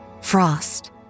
Frost